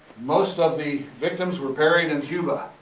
most of the victims were buried in cuba,